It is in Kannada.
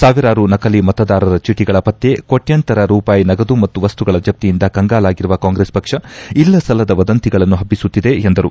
ಸಾವಿರಾರು ನಕಲಿ ಮತದಾರರ ಚೀಟಗಳ ಪತ್ತೆ ಕೋಟ್ನಾಂತರ ರೂಪಾಯಿ ನಗದು ಮತ್ತು ವಸ್ತುಗಳ ಜಪ್ತಿಯಿಂದ ಕಂಗಾಲಾಗಿರುವ ಕಾಂಗ್ರೆಸ್ ಪಕ್ಷ ಇಲ್ಲಸಲ್ಲದ ವದಂತಿಗಳನ್ನು ಹಬ್ಬಿಸುತ್ತಿದೆ ಎಂದರು